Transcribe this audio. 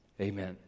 amen